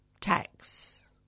tax